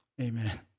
Amen